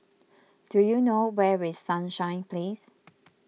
do you know where is Sunshine Place